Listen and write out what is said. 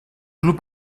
club